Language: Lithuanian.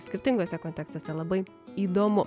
skirtinguose kontekstuose labai įdomu